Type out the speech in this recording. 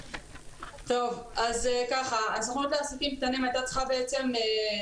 אז ככה הסוכנות לעסקים קטנים הייתה צריכה לפעול